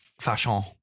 fashion